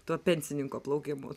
tuo pensininko plaukimu